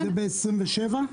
זה בסעיף 27?